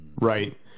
right